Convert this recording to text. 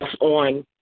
on